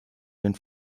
den